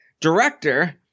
director